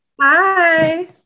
Hi